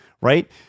right